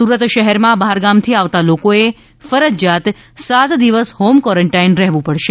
સુરત શહેરમાં બહારગામથી આવતાં લોકોએ ફરજિયાત સાત દિવસ હોમ ક્વોરન્ટાઈન રહેવું પડશે